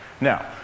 Now